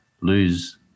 lose